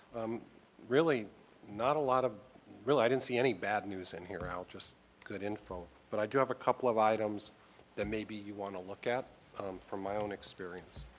really not a lot of really i didn't see any bad news in here, just good info, but i do have a couple of items that maybe you want to look at from my own experience.